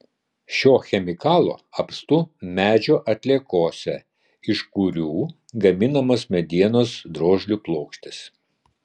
šio chemikalo apstu medžio atliekose iš kurių gaminamos medienos drožlių plokštės